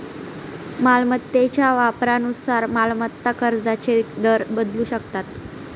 मालमत्तेच्या वापरानुसार मालमत्ता कराचे दर बदलू शकतात